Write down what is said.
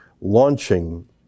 launching